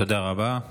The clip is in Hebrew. תודה רבה.